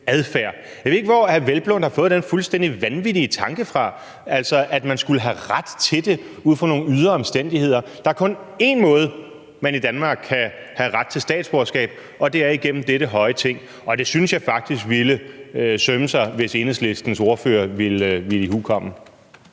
adfærd. Jeg ved ikke, hvor hr. Peder Hvelplund har fået den fuldstændig vanvittige tanke fra, altså at man skulle have ret til det ud fra nogle ydre omstændigheder. Der er kun én måde, man i Danmark kan have ret til statsborgerskab på, og det er igennem dette høje Ting. Det synes jeg faktisk ville sømme sig hvis Enhedslisten ordfører ville ihukomme.